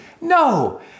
No